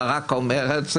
אמר: